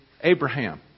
Abraham